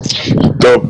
טוב.